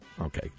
Okay